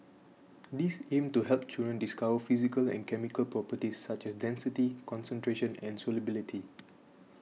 these aim to help children discover physical and chemical properties such as density concentration and solubility